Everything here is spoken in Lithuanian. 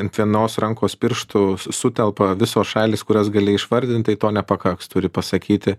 ant vienos rankos pirštų su sutelpa visos šalys kurias gali išvardint tai to nepakaks turi pasakyti